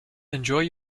enjoy